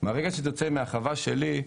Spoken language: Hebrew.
מהרגע שזה יוצא מהחווה שלי,